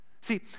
See